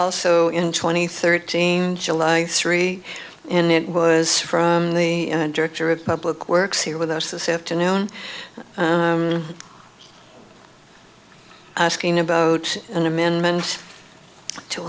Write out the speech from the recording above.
also in twenty thirteen july three and it was from the director of public works here with us this afternoon asking about an amendment to